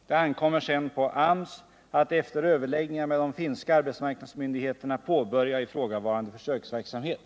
Det ankommer sedan på AMS att efter överläggningar med de finska arbetsmarknadsmyndigheterna påbörja ifrågavarande försöksverksamhet.